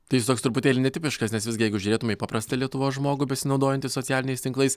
tai jūs toks truputėlį netipiškas nes visgi jeigu žiūrėtumėme į paprastą lietuvos žmogų besinaudojantį socialiniais tinklais